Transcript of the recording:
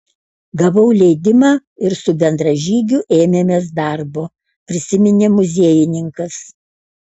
gavau leidimą ir su bendražygiu ėmėmės darbo prisiminė muziejininkas